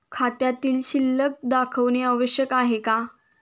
खात्यातील शिल्लक दाखवणे आवश्यक आहे का?